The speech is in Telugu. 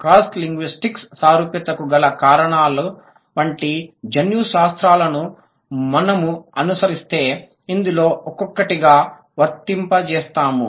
క్రాస్ లింగ్విస్టిక్ సారూప్యతకు గల కారణాల వంటి జన్యుశాస్త్రాలను మనము అనుసరిస్తే ఇందులో ఒక్కొక్కటిగా వర్తింపజేస్తాము